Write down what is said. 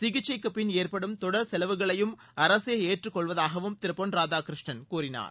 சிகிச்சைக்கு பின் ஏற்படும் தொடர் செலவுகளையும் அரசே ஏற்றுக்கொள்வதாகவும் திரு பொன் ராதாகிருஷ்ணன் கூறினார்